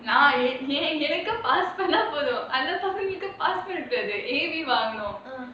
நான் எனக்கு:naan enakku pass பண்ணபோதும் அந்த பசங்களுக்கு:panna podhum antha pasangaluku pass பண்ணபோதாது:panna pothathu A grade வாங்கணும்:vaanganum